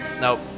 Nope